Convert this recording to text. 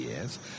Yes